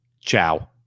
ciao